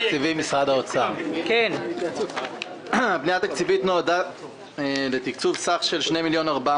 הפנייה התקציבית נועדה לתקצוב סך של 2,400